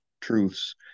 truths